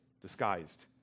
disguised